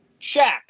Shaq